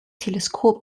teleskop